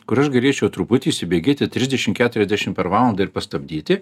kur aš galėčiau truputį įsibėgėti trisdešim keturiasdešim per valandą ir pastabdyti